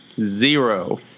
Zero